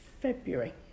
february